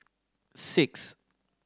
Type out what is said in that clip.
six